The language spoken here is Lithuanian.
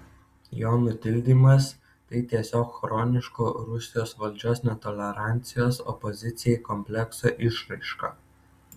jo nutildymas tai tiesiog chroniško rusijos valdžios netolerancijos opozicijai komplekso išraiška